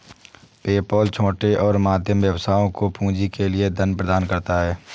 PayPal छोटे और मध्यम व्यवसायों को पूंजी के लिए धन प्रदान करता है